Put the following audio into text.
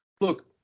Look